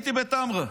הייתי בטמרה.